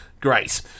Great